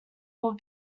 will